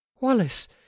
Wallace